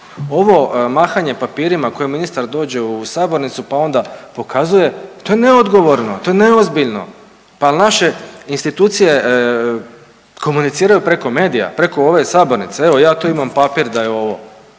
Ovo mahanje papirima koje ministar dođe u sabornicu pa onda pokazuje, to je neodgovorno, to je neozbiljno, pa jel naše institucije komuniciraju preko medija, preko ove sabornice, evo ja tu imam papir da je ovo,